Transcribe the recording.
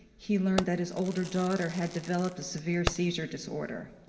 he learned that his older daughter had developed a severe seizure disorder.